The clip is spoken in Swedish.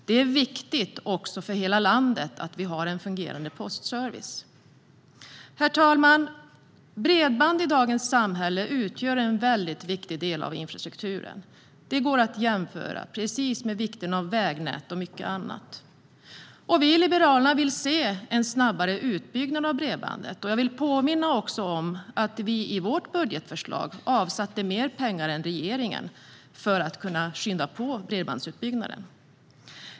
Det är viktigt för hela landet att vi har en fungerande postservice. Herr talman! Bredband utgör en väldigt viktig del av infrastrukturen i dagens samhälle. Det går att jämföra med vikten av vägnät och mycket annat. Vi i Liberalerna vill se en snabbare utbyggnad av bredbandet. Jag vill påminna om att vi i vårt budgetförslag avsatte mer pengar än regeringen för att kunna skynda på bredbandsutbyggnaden.